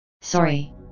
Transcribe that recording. Sorry